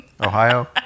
Ohio